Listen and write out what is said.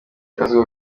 akazu